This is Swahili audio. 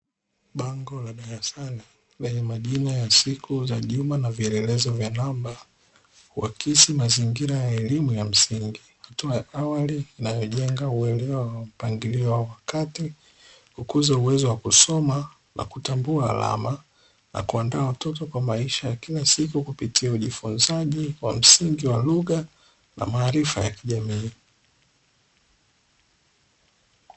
Banho la darasani lenye majina ya siku za juma na vielelezo vya namba kuaksi mazingira ya elimu ya shule ya msingi ya awali inayojenga hukuza uwezo wa kusoma na kutambua alama na kuandaa watoto kwa maisha ya kila siku kupitia ujifunzaji msingi wa lugha na maarifa ya kijamii.